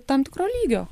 tam tikro lygio